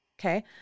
okay